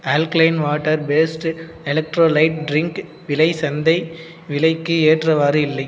alkaline water based electrolyte drink விலை சந்தை விலைக்கு ஏற்றவாறு இல்லை